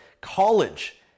college